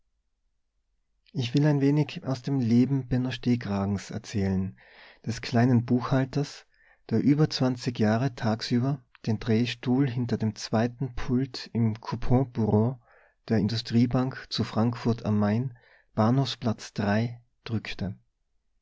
ich will ein weniges aus dem leben benno stehkragens erzählen des kleinen buchhalters der über zwanzig jahre tagsüber den drehstuhl hinter dem zweiten pult im couponbureau der industriebank zu frankfurt am main bahnhofsplatz